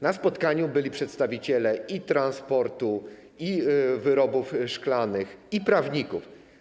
Na spotkaniu byli przedstawiciele i transportu, i wyrobów szklanych, i prawników.